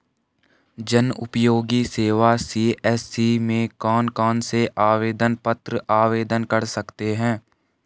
जनउपयोगी सेवा सी.एस.सी में कौन कौनसे आवेदन पत्र आवेदन कर सकते हैं?